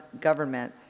government